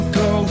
go